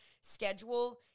schedule